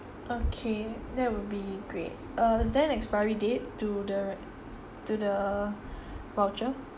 okay that will be great uh is there expiry date to the to the voucher